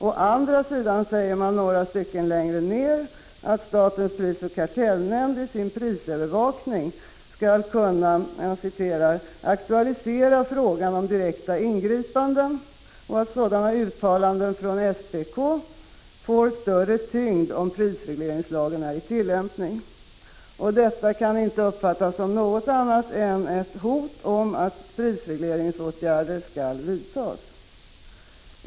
Å andra sidan säger man, några stycken längre ned i betänkandet, att statens prisoch kartellnämnd i sin prisövervakning skall kunna ”aktualisera frågan om direkta ingripanden” och att sådana uttalanden ”får större tyngd om prisregleringslagen är i tillämpning”. Detta kan inte uppfattas som något annat än ett hot om att prisregleringsåtgärder skall vidtas.